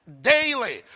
Daily